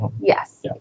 yes